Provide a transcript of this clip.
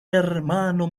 hermano